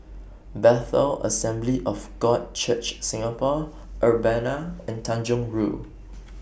Bethel Assembly of God Church Singapore Urbana and Tanjong Rhu